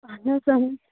اہن حَظ اہن حَظ